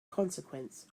consequence